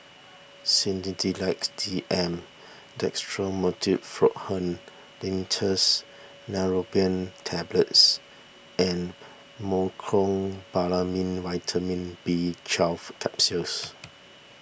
Sedilix D M Dextromethorphan Linctus Neurobion Tablets and Mecobalamin Vitamin B Twelve Capsules